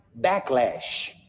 backlash